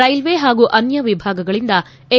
ರೈಕ್ವೆ ಹಾಗೂ ಅನ್ಹ ವಿಭಾಗಗಳಿಂದ ಎನ್